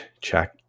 check